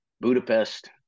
Budapest